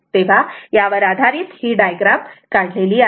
तेव्हा या वर आधारित ही डायग्राम काढली आहे